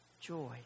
joy